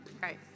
Great